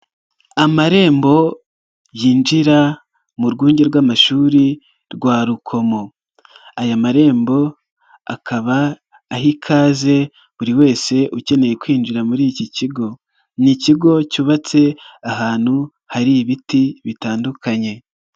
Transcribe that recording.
Amarembo yinjira mu rwunge rw'amashuri rwa Rukomo. Aya marembo akaba ahi ikaze buri wese ukeneye kwinjira muri iki kigo. Ni ikigo cyubatse ahantu hari ibiti bitandukanye.